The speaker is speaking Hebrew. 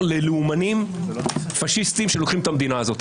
ללאומנים פשיסטיים שלוקחים את המדינה הזאת.